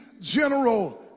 general